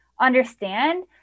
understand